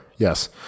Yes